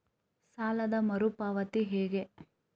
ಸಾಲದ ಮರು ಪಾವತಿ ಹೇಗೆ?